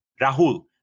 Rahul